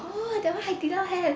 orh that [one] 海底捞 have